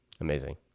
amazing